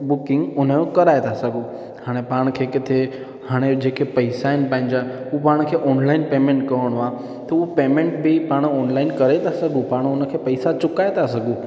booking उनजो कराए था सघूं हाणे पाण खे किथे हाणे जेके पैसा आहिनि पंहिंजा हू पाण खे ऑनलाइन पेमेंट करिणो आहे त हू पेमेंट बि पाण ऑनलाइन करे था सघूं पाण उनखे पैसा चुकाए था सघूं